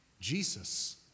Jesus